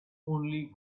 only